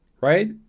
right